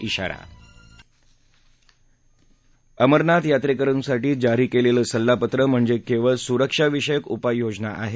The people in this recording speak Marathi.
ज्ञारा अमरनाथ यात्रेकरुंसाठी जारी केलेलं सल्लापत्र म्हणजे केवळ सुरक्षाविषयक उपाययोजना आहे